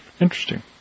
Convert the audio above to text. Interesting